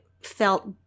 felt